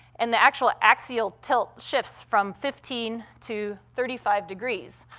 and the actual axial tilt shifts from fifteen to thirty five degrees.